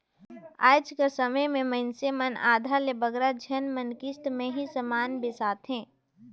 आएज कर समे में मइनसे मन आधा ले बगरा झन मन किस्त में ही समान बेसाथें